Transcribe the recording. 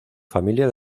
familia